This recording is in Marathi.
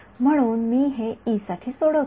म्हणून मी हे साठी सोडवतो